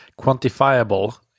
quantifiable